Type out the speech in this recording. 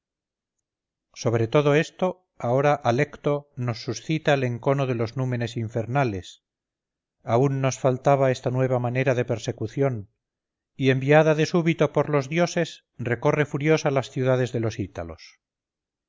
sobre todo eso ahora alecto nos suscita el encono de los númenes infernales aun no faltaba esta nueva manera de persecución y enviada de súbito por los dioses recorre furiosa las ciudades de los ítalos